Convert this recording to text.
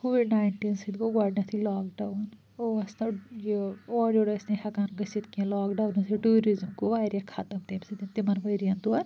Covid nineteen سۭتۍ گوٚو گۄڈٕنیٚتھٕے لاک ڈاوُن اوس تَتھ یہِ اورٕ یورٕ ٲسۍ نہٕ ہیٚکان گٔژھتھ کیٚنٛہہ لاک ڈاوُنہٕ سۭتۍ ٹیٛوٗرِزٕم گوٚو وارِیاہ ختم تَمہِ سۭتۍ تِمن ؤرۍ ین دۄن